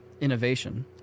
innovation